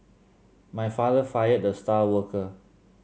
my father fired the star worker